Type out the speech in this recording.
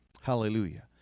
Hallelujah